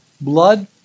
Blood